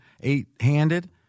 eight-handed